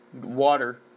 Water